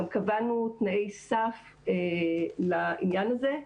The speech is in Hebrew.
גם קבענו תנאי סף לעניין הזה.